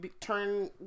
turn